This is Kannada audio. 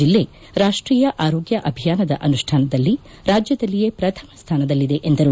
ಜಿಲ್ಲೆ ರಾಷ್ಟ್ರೀಯ ಆರೋಗ್ಯ ಅಭಿಯಾನದ ಅನುಷ್ಠಾನದಲ್ಲಿ ರಾಜ್ಯದಲ್ಲಿಯೇ ಪ್ರಥಮ ಸ್ಥಾನದಲ್ಲಿದೆ ಎಂದರು